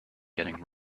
getting